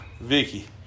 Vicky